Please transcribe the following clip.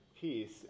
piece